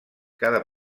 cada